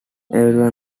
everyone